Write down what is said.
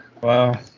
Wow